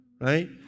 right